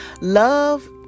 Love